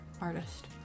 Artist